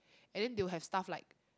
and then they will have stuff like